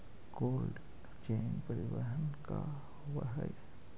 Cold chain परिवहन का होव हइ?